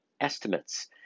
estimates